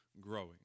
growing